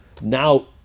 now